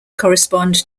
correspond